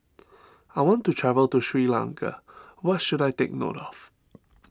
I want to travel to Sri Lanka what should I take note of